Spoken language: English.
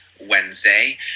Wednesday